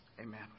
Amen